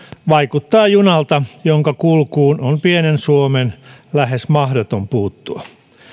vaikuttaa junalta jonka kulkuun on pienen suomen lähes mahdoton puuttua